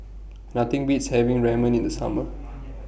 Nothing Beats having Ramen in The Summer